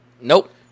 Nope